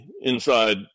inside